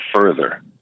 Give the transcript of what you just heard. further